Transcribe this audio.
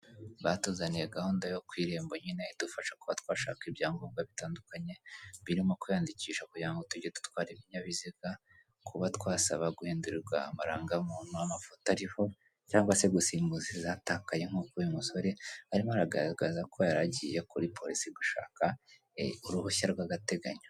Batuzaniye gahunda yo ku irembo nyine idufasha kuba twashaka ibyangombwa bitandukanye, birimo kwiyandikisha kugirango tujye dutwara ibinyabiziga, kuba twasaba guhindurirwa amarangamuntu amafoto ariho nk'uko uyu musore arimo aragaragaza ko yaragiye kuri polisi gushaka uruhushya rw'agateganyo.